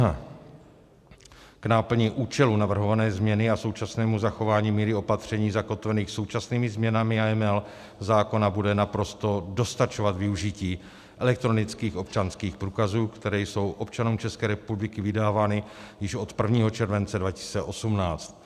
K náplni účelu navrhované změny a současnému zachování míry opatření zakotvených současnými změnami AML zákona bude naprosto dostačovat využití elektronických občanských průkazů, které jsou občanům České republiky vydávány již od 1. července 2018.